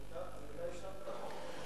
אז אתה אישרת את החוק.